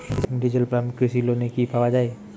Diesel pump কৃষি লোনে কি পাওয়া য়ায়?